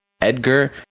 Edgar